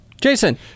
Jason